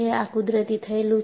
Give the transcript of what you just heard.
આ કુદરતી થયેલું છે